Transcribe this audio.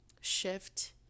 shift